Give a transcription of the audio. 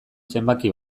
zenbaki